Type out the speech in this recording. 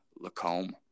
Lacombe